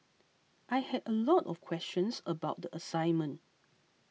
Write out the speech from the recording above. I had a lot of questions about the assignment